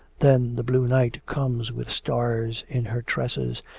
then the blue night comes with stars in her tresses,